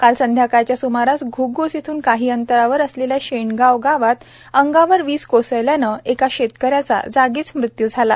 काल सायंकाळच्या सुमारास घुध्स येथून काही अंतरावर असलेल्या शेनगाव गावात अंगावर वीज कोसळल्याने एका शेतकऱ्याचा जागीच मृत्यू झाला आहेत